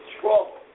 trouble